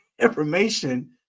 information